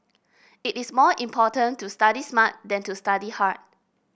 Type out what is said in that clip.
it is more important to study smart than to study hard